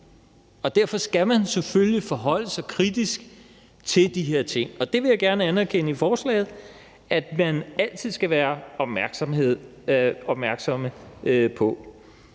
og derfor skal man selvfølgelig forholde sig kritisk til de her ting. Og det vil jeg gerne anerkende i forslaget at man altid skal være opmærksomme på.